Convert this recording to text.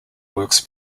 works